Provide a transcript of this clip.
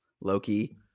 Loki